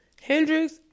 Hendrix